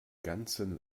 ganzen